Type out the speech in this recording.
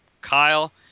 Kyle